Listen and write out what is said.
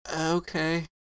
Okay